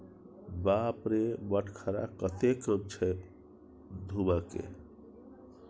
बाप रे बटखरा कतेक कम छै धुम्माके